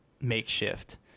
makeshift